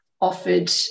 offered